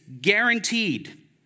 guaranteed